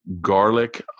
garlic